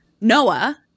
Noah